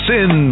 Sin